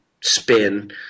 spin